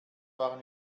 waren